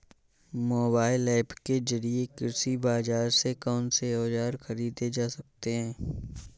Mobile app के जरिए कृषि बाजार से कौन से औजार ख़रीदे जा सकते हैं?